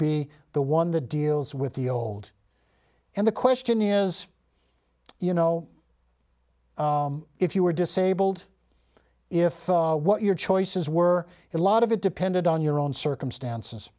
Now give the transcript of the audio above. be the one that deals with the old and the question is you know if you were disabled if what your choices were a lot of it depended on your own circumstances